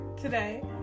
today